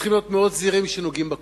וצריכים להיות מאוד זהירים כשנוגעים בקודש.